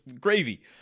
gravy